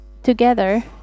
Together